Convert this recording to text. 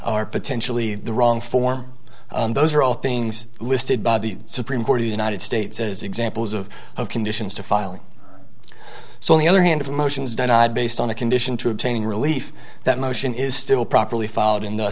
or potentially the wrong form those are all things listed by the supreme court of united states as examples of conditions to filing so the other hand of motions denied based on a condition to obtain relief that motion is still properly followed